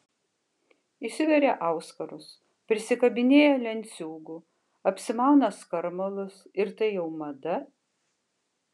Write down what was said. įsiveria auskarus prisikabinėja lenciūgų apsimauna skarmalus ir tai jau mada